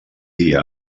dia